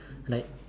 like